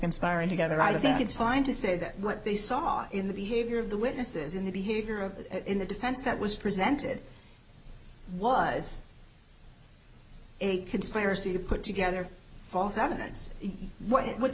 conspiring together i think it's fine to say that what they saw in the behavior of the witnesses in the behavior of the defense that was presented was a conspiracy to put together false evidence what